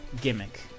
gimmick